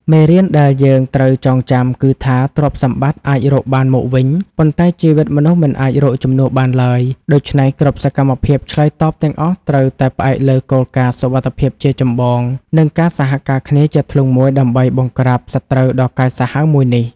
មេរៀនដែលយើងត្រូវចងចាំគឺថា ទ្រព្យសម្បត្តិអាចរកបានមកវិញ ប៉ុន្តែជីវិតមនុស្សមិនអាចរកជំនួសបានឡើយ ដូច្នេះគ្រប់សកម្មភាពឆ្លើយតបទាំងអស់ ត្រូវតែផ្អែកលើគោលការណ៍សុវត្ថិភាពជាចម្បង និងការសហការគ្នាជាធ្លុងមួយដើម្បីបង្ក្រាបសត្រូវដ៏កាចសាហាវមួយនេះ។